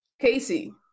Casey